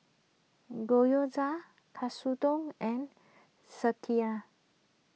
Gyoza Katsudon and Sekihan